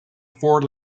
four